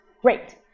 great